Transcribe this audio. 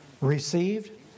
received